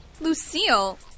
Lucille